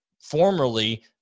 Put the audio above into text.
formerly